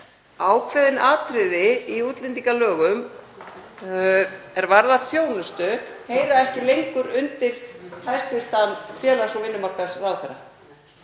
ákveðin atriði í útlendingalögum er varða þjónustu heyra ekki lengur undir hæstv. félags- og vinnumarkaðsráðherra.